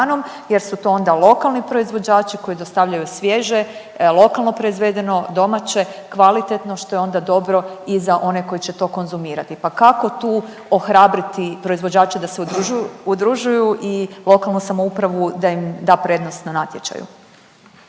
jer su to onda lokalni proizvođači koji dostavljaju svježe lokalno proizvedeno, domaće, kvalitetno što je onda dobro i za one koji će to konzumirati. Pa kako tu ohrabriti proizvođače da se udružuju i lokalnu samoupravu da im da prednost na natječaju?